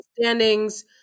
standings